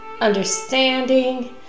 understanding